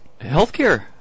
Healthcare